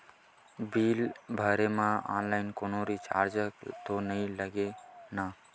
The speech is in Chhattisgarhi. बिल भरे मा ऑनलाइन कोनो चार्ज तो नई लागे ना?